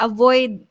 Avoid